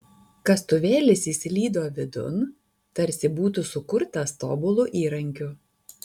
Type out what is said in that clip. kastuvėlis įslydo vidun tarsi būtų sukurtas tobulu įrankiu